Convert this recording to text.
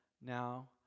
now